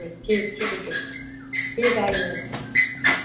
ٹھیک ٹھیک ہے ٹھیک ہے آئیے گا